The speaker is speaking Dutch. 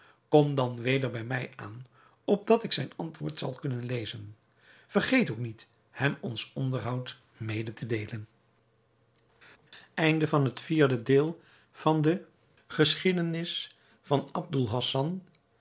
kom dan weder bij mij aan opdat ik zijn antwoord zal kunnen lezen vergeet ook niet hem ons onderhoud mede te deelen